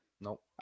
Nope